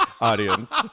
audience